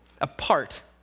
apart